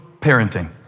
parenting